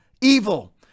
evil